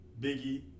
Biggie